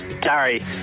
Gary